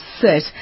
sit